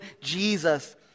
Jesus